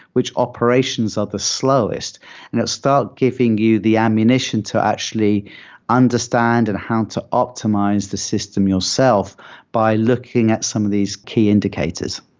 which operations are the slowest? and it'll start giving you the ammunition to actually understand and how to optimize the system yourself by looking at some of these key indicators.